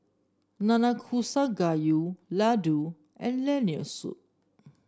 Nanakusa Gayu Ladoo and Lentil Soup